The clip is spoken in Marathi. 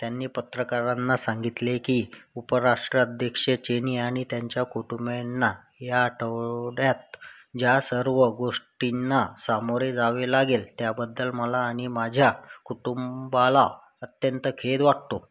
त्यांनी पत्रकारांना सांगितले की उपराष्ट्राध्यक्ष चेनी आणि त्यांच्या कुटुंबियांना या आठवड्यात ज्या सर्व गोष्टींना सामोरे जावे लागेल त्याबद्दल मला आणि माझ्या कुटुंबाला अत्यंत खेद वाटतो